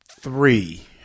three